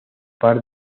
par